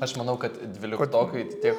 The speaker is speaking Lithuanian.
aš manau kad dvyliktokai tiek